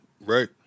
Right